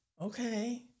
okay